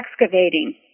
excavating